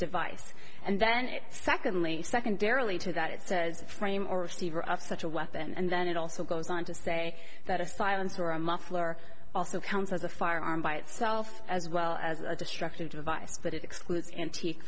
device and then secondly secondarily to that it's a frame or receiver of such a weapon and then it also goes on to say that a silencer or a muffler also counts as a firearm by itself as well as a destructive device but it excludes antique